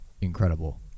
incredible